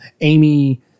Amy